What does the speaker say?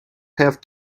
have